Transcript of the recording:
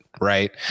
right